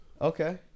Okay